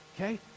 okay